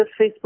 Facebook